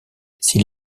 s’il